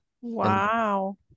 Wow